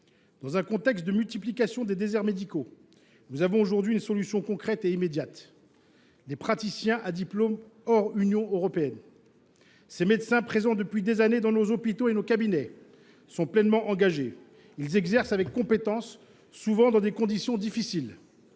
Dans un contexte de multiplication des déserts médicaux, nous avons aujourd'hui une solution concrète et immédiate. Des praticiens à diplôme hors Union européenne. Ces médecins, présents depuis des années dans nos hôpitaux et nos cabinets, sont pleinement engagés. Ils exercent avec compétence, souvent dans des conditions difficiles.